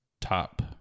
Top